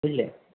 বুঝলে